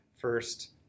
first